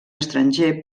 estranger